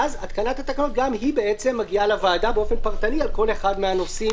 ואז התקנת התקנות גם היא מגיעה לוועדה באופן פרטני על כל אחד מהנושאים.